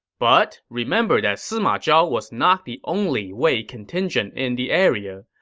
but remember that sima zhao was not the only wei contingent in the area.